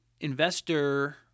investor